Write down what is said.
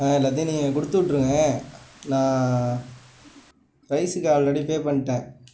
எல்லாத்தையும் நீங்கள் கொடுத்து விட்டுருங்க நான் ரைஸுக்கு ஆல்ரெடி பே பண்ணிட்டேன்